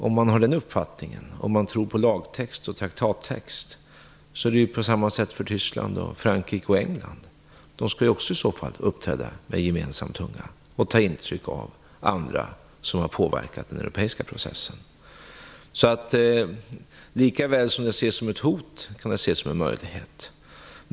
Om man har den uppfattningen, om man tror på lagtext och traktattext, är det ju på samma sätt för Tyskland, Frankrike och England, dessa skall ju i så fall också uppträda gemensamt och ta intryck av andra som påverkar den europeiska processen. Lika väl som detta ses som ett hot kan det alltså ses som en möjlighet.